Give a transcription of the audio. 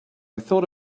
thought